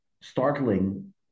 startling